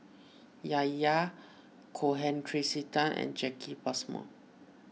Yahya Cohen Tracey Tan and Jacki Passmore